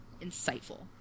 insightful